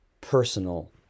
personal